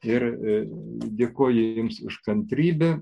ir dėkoju jums už kantrybę